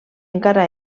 encara